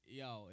yo